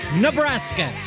Nebraska